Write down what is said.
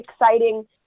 exciting